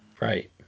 Right